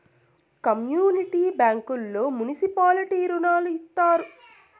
community బ్యాంకుల్లో municipality రుణాలు ఇత్తారు